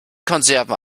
konserven